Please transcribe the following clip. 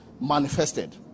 manifested